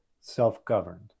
self-governed